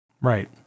Right